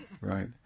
right